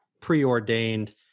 preordained